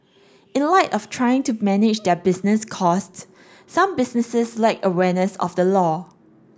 in light of trying to manage their business cost some businesses lack awareness of the law